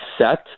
set